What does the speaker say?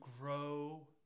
grow